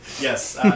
Yes